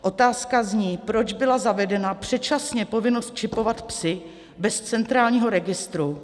Otázka zní: Proč byla zavedena předčasně povinnost čepovat psy bez centrálního registru?